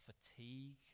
fatigue